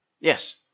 Yes